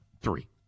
Three